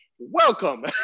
welcome